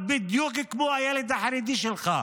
בדיוק כמו הילד החרדי שלך.